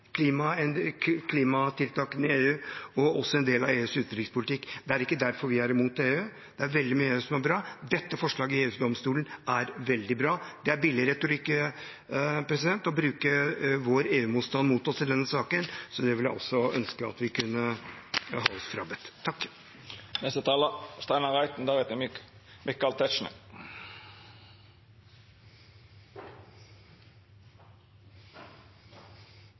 klimatiltakene i EU og også en del av EUs utenrikspolitikk. Det er ikke derfor vi er imot EU. Det er veldig mye som er bra. Dette forslaget i EUs domstoler er veldig bra. Det er billig retorikk å bruke vår EU-motstand mot oss i denne saken, så det vil jeg også si at vi vil ha oss frabedt.